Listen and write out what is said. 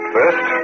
First